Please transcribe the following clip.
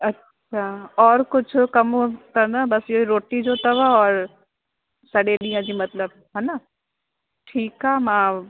अच्छा और कुझु कमु त न बसि इयो ई रोटी जो अथव और सॼे ॾींहं जी मतिलबु न ठीकु आहे मां